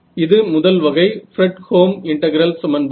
இது முதல் வகை பிரட்ஹோல்ம் இன்டெகிரல் சமன்பாடு